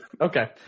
Okay